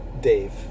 Dave